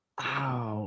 Wow